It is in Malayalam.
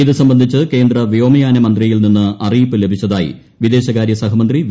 ഇത് സംബന്ധിച്ച് കേന്ദ്രവ്യോമയാന മന്ത്രിയിൽ നിന്ന് അറിയിപ്പ് ലഭിച്ചതായി വിദേശകാരൃ സഹമന്ത്രി വി